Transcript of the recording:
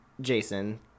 Jason